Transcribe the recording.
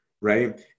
right